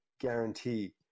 guarantee